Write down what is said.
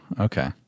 Okay